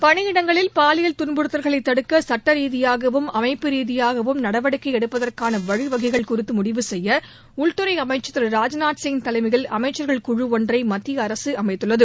பணியிடங்களில் பாலியல் துன்புறுத்தல்களை தடுக்க சட்டரீதியாகவும் அமைப்பு ரீதியாகவும் நடவடிக்கை எடுப்பதற்கான வழிவகைகள் குறித்து முடிவு செய்ய உள்துறை அமைச்சர் திரு ராஜ்நாத்சிங் தலைமையில் அமைச்சகர்கள் குழு ஒன்றை மத்திய அரசு அமைத்துள்ளது